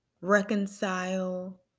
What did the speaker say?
reconcile